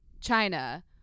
China